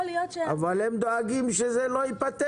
הם דואגים שזה לא ייפתר.